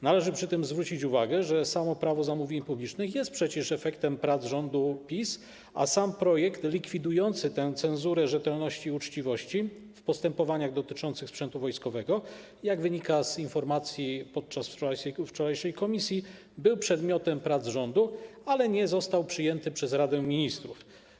Należy przy tym zwrócić uwagę, że Prawo zamówień publicznych jest przecież efektem prac rządu PiS, a sam projekt likwidujący tę cenzurę rzetelności i uczciwości w postępowaniach dotyczących sprzętu wojskowego, jak wynika z informacji otrzymanej podczas wczorajszej komisji, był przedmiotem prac rządu, ale nie został przyjęty przez Radę Ministrów.